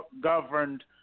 governed